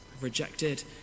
rejected